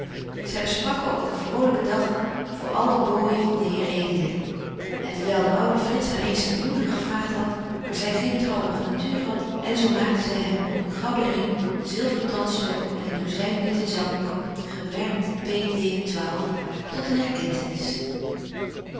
zy besprak ook een vrolyken dag voor al de booijen van den heer edeling en dewyl de oude frits haar eens ten huwlyk gevraagt hadt maar zy geen trouwige natuur hadt zo maakte zy hem een gouden ring een zilveren tandstoker en een douzyn witte zakdoeken gemerkt tot een erkentenis